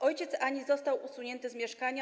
Ojciec Ani został usunięty z mieszkania.